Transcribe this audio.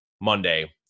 Monday